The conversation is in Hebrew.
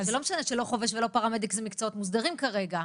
זה לא משנה שלא חובש ולא פרמדיק זה מקצועות מוסדרים כרגע,